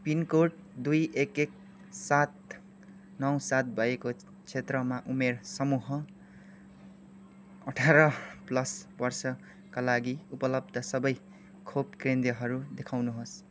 pin code दुई एक एक सात नौ सात भएको क्षेत्रमा उमेर समूह अठार प्लस वर्षका लागि उपलब्ध सबै खोप केन्द्रहरू देखाउनुहोस्